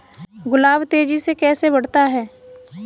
गुलाब तेजी से कैसे बढ़ता है?